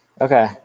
Okay